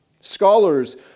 Scholars